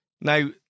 Now